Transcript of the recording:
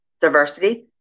diversity